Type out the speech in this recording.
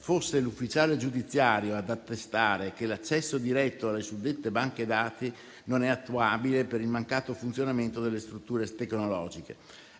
fosse l'ufficiale giudiziario ad attestare che l'accesso diretto alle suddette banche dati non è attuabile per il mancato funzionamento delle strutture tecnologiche.